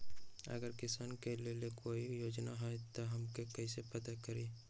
अगर किसान के लेल कोई योजना है त हम कईसे प्राप्त करी?